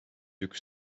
üks